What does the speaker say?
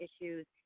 issues